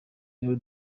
rero